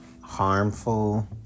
harmful